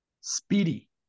Speedy